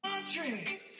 Country